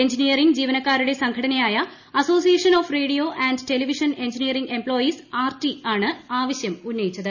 engineering ജീവനക്കാരുടെ സംഘടനയായ association of radio and television engineering employees ARTEE ആണ് ആവശ്യം ഉന്നയിച്ചത്